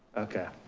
okay.